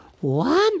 One